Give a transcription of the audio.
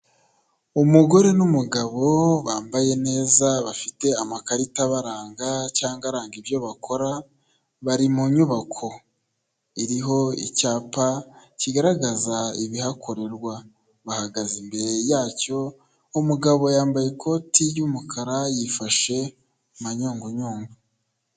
Umugore n'umugabo bambaye neza bafite amakarita abaranga cyangwa aranga ibyo bakora, bari mu nyubako iriho icyapa kigaragaza ibihakorerwa, bahagaze imbere yacyo umugabo yambaye ikoti ry'umukara yifashe mu manyungunyungu.